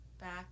back